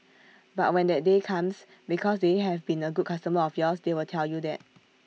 but when that day comes because they have been A good customer of yours they will tell you that